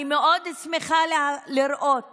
אני מאוד שמחה לראות